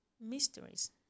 mysteries